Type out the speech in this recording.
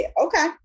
okay